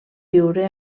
viure